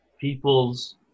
people's